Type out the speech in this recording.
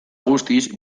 guztiz